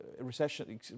recession